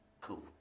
cool